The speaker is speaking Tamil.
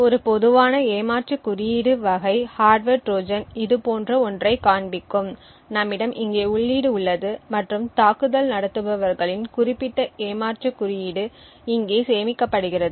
ஒரு பொதுவான ஏமாற்று குறியீடு வகை ஹார்ட்வர் ட்ரோஜன் இதுபோன்ற ஒன்றைக் காண்பிக்கும் நம்மிடம் இங்கே உள்ளீடு உள்ளது மற்றும் தாக்குதல் நடத்துபவர்களின் குறிப்பிட்ட ஏமாற்று குறியீடு இங்கே சேமிக்கப்படுகிறது